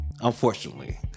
unfortunately